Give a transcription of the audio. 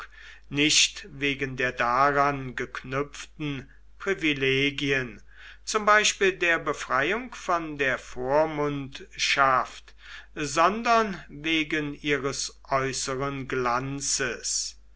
nicht wegen der daran geknüpften privilegien zum beispiel der befreiung von der vormundschaft sondern wegen ihres äußeren glanzes